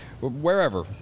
wherever